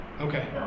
Okay